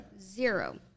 zero